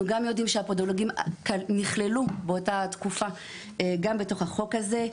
גם יודעים שהפדולוגים נכללו באותה תקופה גם בתוך החוק הזה,